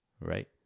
right